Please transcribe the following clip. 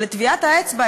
אבל את טביעת האצבע,